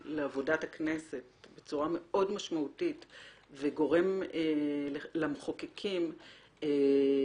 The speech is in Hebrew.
בצורה משמעותית לעבודת הכנסת וגורם למחוקקים להסתכל